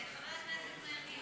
חבר הכנסת מרגי.